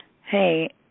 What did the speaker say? Hey